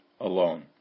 alone